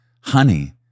honey